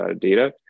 data